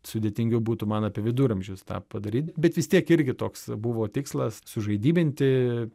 sudėtingiau būtų man apie viduramžius tą padaryti bet vis tiek irgi toks buvo tikslas sužaidybinti